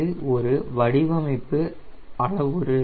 இது ஒரு வடிவமைப்பு அளவுரு